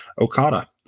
Okada